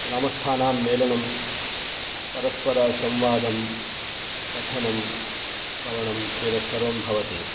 ग्रामस्थानां मेलनं परस्परसंवादं कथनं श्रवणम् एतत् सर्वं भवति